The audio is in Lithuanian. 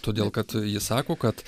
todėl kad ji sako kad